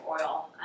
oil